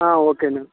ఆ ఓకే అండి